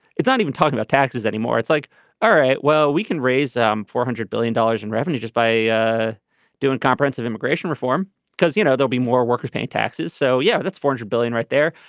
it's not even talking about taxes anymore. it's like all right well we can raise um four hundred billion dollars in revenue just by ah doing comprehensive immigration reform because you know there'll be more workers paying taxes. so yeah that's four hundred billion right there.